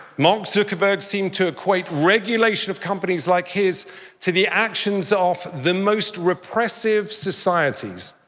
mark zuckerberg seem to equate regulation of companies like his to the actions of the most repressive societies,